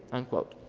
unquote.